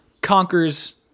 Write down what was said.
conquers